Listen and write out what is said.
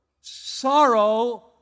sorrow